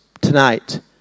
tonight